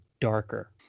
darker